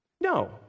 No